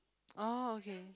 oh okay